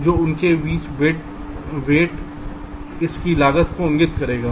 जो उनके बीच वेट इस की लागत को इंगित करेगा